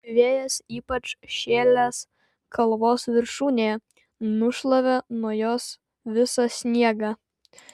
vėjas ypač šėlęs kalvos viršūnėje nušlavė nuo jos visą sniegą